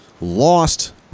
lost